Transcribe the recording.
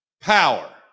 Power